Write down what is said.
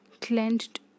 clenched